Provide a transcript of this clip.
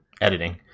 editing